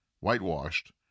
whitewashed